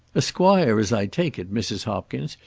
a squire as i take it, mrs. hopkins,